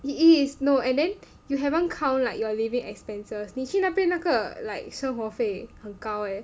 it is no and then you haven't count like your living expenses 你去那边那个 like 生活费很高 leh